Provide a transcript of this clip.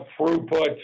throughput